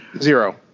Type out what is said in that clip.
Zero